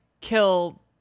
kill